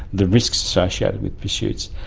the risks associated with pursuits,